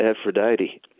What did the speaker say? Aphrodite